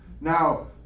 Now